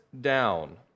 down